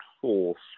force